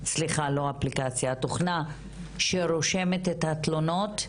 התוכנה שרושמת את התלונות,